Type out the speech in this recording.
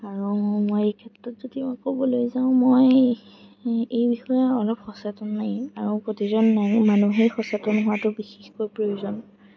আৰু মই এইক্ষেত্ৰত যদি ক'বলৈ যাওঁ মই এই বিষয়ে অলপ সচেতনেই আৰু প্ৰতিজন মানুহেই সচেতন হোৱাতো বিশেষকৈ প্ৰয়োজন